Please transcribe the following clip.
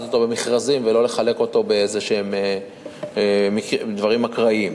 את זה במכרזים ולא לחלק באיזה דברים אקראיים,